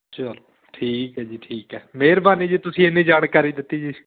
ਚਲੋ ਠੀਕ ਹੈ ਜੀ ਠੀਕ ਹੈ ਮਿਹਰਬਾਨੀ ਜੀ ਤੁਸੀਂ ਇੰਨੀ ਜਾਣਕਾਰੀ ਦਿੱਤੀ ਜੀ